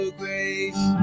grace